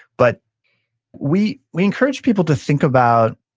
but we we encourage people to think about,